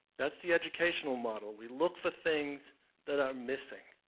that's the educational model. we look for things that are missing.